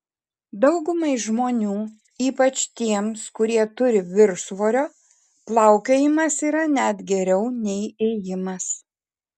daugumai žmonių ypač tiems kurie turi viršsvorio plaukiojimas yra net geriau nei ėjimas